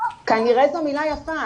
"כנראה" זו מילה יפה.